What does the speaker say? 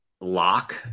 Lock